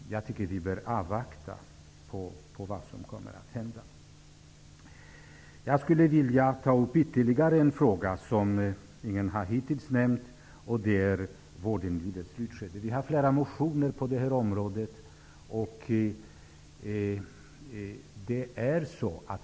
Vi bör avvakta vad som händer. Jag vill ta upp ytterligare en fråga som ingen nämnt hittills, nämligen vård i livets slutskede. Vi har flera motioner på det här området.